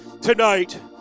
tonight